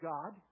God